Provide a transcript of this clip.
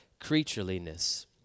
creatureliness